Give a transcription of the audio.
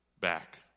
back